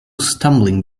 stumbling